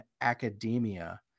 academia